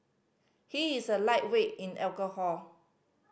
he is a lightweight in alcohol